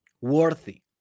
worthy